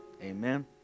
Amen